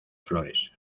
flores